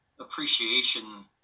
appreciation